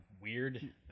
weird